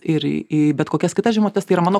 ir į į bet kokias kitas žinutes tai yra mano